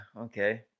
Okay